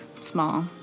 small